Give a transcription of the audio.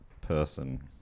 person